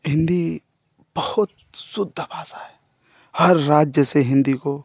हिन्दी बहुत शुद्ध भाषा है हर राज्य से हिन्दी को